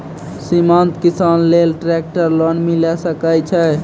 सीमांत किसान लेल ट्रेक्टर लोन मिलै सकय छै?